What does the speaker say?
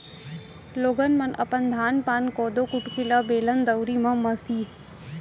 लोगन मन अपन धान पान, कोदो कुटकी ल बेलन, दउंरी म मीसय